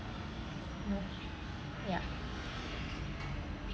ya